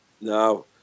No